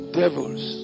devils